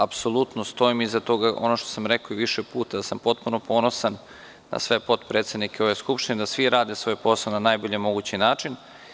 Apsolutno stojim iza onoga što sam rekao i više puta, da sam potpuno ponosan na sve potpredsednike Skupštine, da svi rade svoj posao na najbolji mogući način.